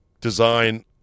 design